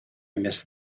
missed